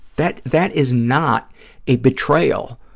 that that is not a betrayal